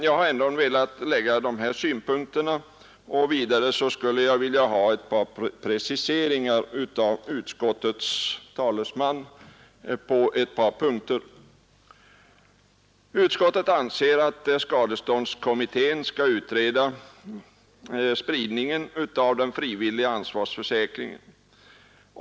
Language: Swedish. Jag skulle ändå vilja ha en precisering av utskottets talesman på ett par punkter. Utskottet anser att skadeståndskommittén skall utreda spridningen av den frivilliga ansvarsförsäkringen.